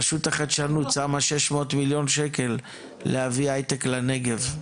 רשות החדשנות שמה 600 מיליון שקל להביא הייטק לנגב.